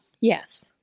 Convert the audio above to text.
Yes